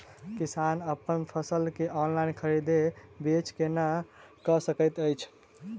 किसान अप्पन फसल केँ ऑनलाइन खरीदै बेच केना कऽ सकैत अछि?